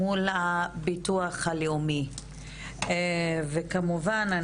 מול הביטוח הלאומי וכמובן,